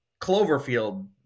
Cloverfield